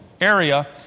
area